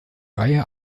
reihe